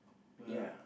good ah